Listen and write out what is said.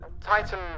Titan